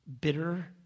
bitter